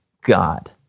God